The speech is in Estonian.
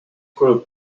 kulub